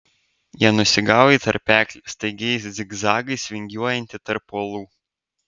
jie nusigavo į tarpeklį staigiais zigzagais vingiuojantį tarp uolų